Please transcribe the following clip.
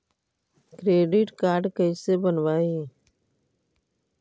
Credit card कैसे बनवाई?